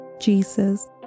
Jesus